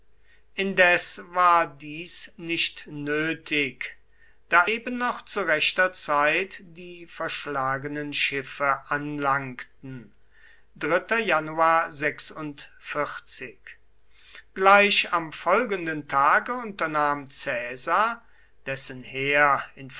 indes war dies nicht nötig da eben noch zu rechter zeit die verschlagenen schiffe anlangten gleich am folgenden tage unternahm caesar dessen heer